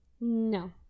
No